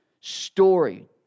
story